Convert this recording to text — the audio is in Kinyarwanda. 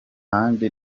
handi